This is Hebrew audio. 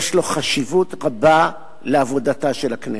יש לו חשיבות רבה לעבודתה של הכנסת,